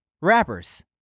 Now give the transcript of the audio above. rappers